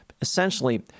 essentially